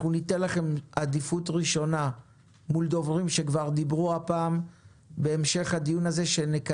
אנחנו ניתן לכם עדיפות לעומת דוברים שכבר דיברו בדיוני ההמשך והמעקב.